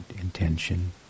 intention